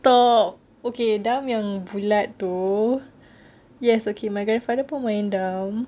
oh okay dam yang bulat itu yes okay my grandfather pun main dam